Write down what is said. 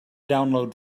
download